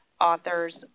Authors